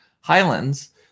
Highlands